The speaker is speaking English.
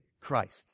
Christ